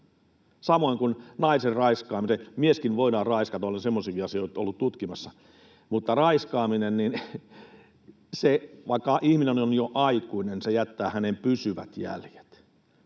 Samoin kuin naisen raiskaaminen — mieskin voidaan raiskata, olen semmoisiakin asioita ollut tutkimassa — raiskaaminen, vaikka ihminen on jo aikuinen, jättää häneen pysyvät jäljet.